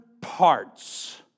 parts